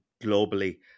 globally